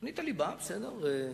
תוכנית הליבה, בסדר.